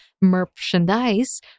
merchandise